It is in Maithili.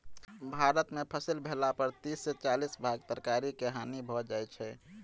भारत में फसिल भेला पर तीस से चालीस भाग तरकारी के हानि भ जाइ छै